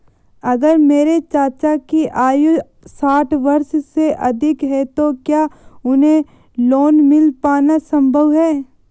अगर मेरे चाचा की आयु साठ वर्ष से अधिक है तो क्या उन्हें लोन मिल पाना संभव है?